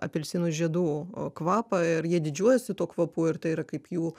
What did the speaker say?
apelsinų žiedų kvapą ir jie didžiuojasi tuo kvapu ir tai yra kaip jų